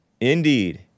Indeed